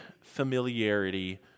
familiarity